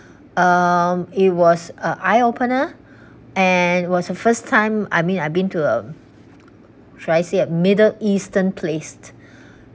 um it was a eye opener and was the first time I mean I've been to a should I say a middle eastern place